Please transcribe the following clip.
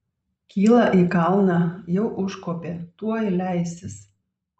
kyla į kalną jau užkopė tuoj leisis